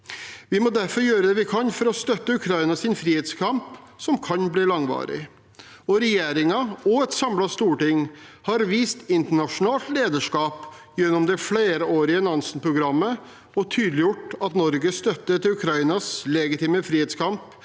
Vi må derfor gjøre det vi kan for å støtte Ukrainas frihetskamp, som kan bli langvarig. Regjeringen og et samlet storting har vist internasjonalt lederskap gjennom det flerårige Nansen-programmet og tydeliggjort at Norges støtte til Ukrainas legitime frihetskamp